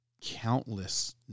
countless